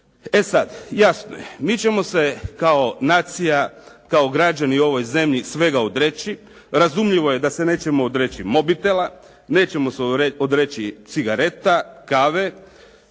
E sada, jasno je mi ćemo se kao nacija, kao građani ove zemlje svega odreći. Razumljivo je da se nećemo odreći mobitela, nećemo se odreći cigareta, kave.